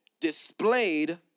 displayed